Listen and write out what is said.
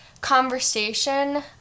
conversation